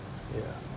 ya